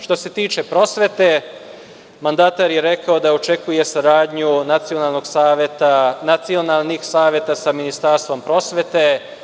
Što se tiče prosvete, mandatar je rekao da očekuje saradnju nacionalnih saveta sa Ministarstvom prosvete.